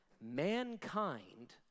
Mankind